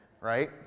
right